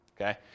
okay